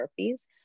therapies